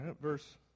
Verse